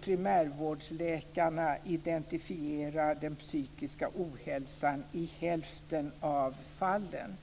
Primärvårdsläkarna identifierar den psykiska ohälsan i hälften av fallen.